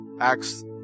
Acts